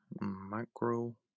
micro